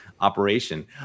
operation